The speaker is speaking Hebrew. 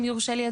אם יורשה לי,